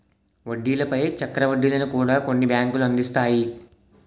వడ్డీల పై చక్ర వడ్డీలను కూడా కొన్ని బ్యాంకులు అందిస్తాయి